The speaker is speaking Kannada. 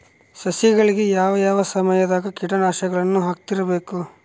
ಸಸಿಗಳಿಗೆ ಯಾವ ಯಾವ ಸಮಯದಾಗ ಕೇಟನಾಶಕಗಳನ್ನು ಹಾಕ್ತಿರಬೇಕು?